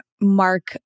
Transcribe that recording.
mark